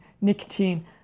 nicotine